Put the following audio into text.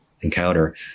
encounter